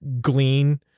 glean